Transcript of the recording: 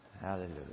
Hallelujah